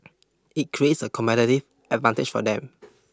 it creates a competitive advantage for them